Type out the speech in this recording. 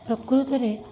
ପ୍ରକୃତରେ